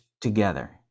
together